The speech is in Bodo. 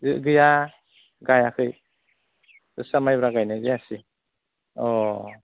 गैया गायाखै जोसा माइब्रा गायनाय जायासै अ